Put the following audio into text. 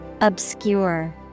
Obscure